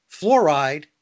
fluoride